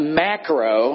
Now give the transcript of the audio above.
macro